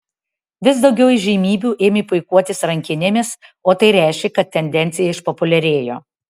vis daugiau įžymybių ėmė puikuotis rankinėmis o tai reiškė kad tendencija išpopuliarėjo